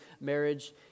marriage